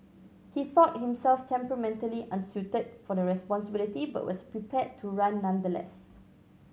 he thought himself temperamentally unsuited for the responsibility but was prepared to run nonetheless